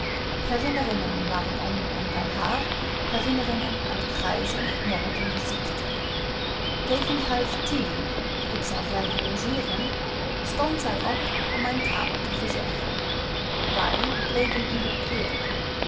herinneringen waren om en bij haar herinneringen aan de grijze moordende ziekte tegen half tien ik zou blijven logeeren stond zij op om mijn kamer te verzorgen wij bleven in het priëel